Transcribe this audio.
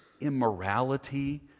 immorality